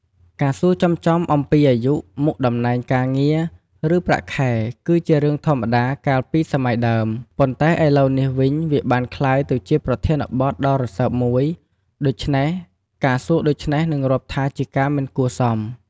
ការសួរចំៗអំពីអាយុ មុខតំណែងការងារ ឬ ប្រាក់ខែគឺជារឿងធម្មតាកាលពីសម័យដើម ប៉ុន្តែឥឡូវនេះវិញវាបានក្លាយទៅជាប្រធានបទដ៏រស៊ើបមួយ ដូច្នេះការសួរដូច្នេះនឹងរាប់ថាជាការមិនគួរសម។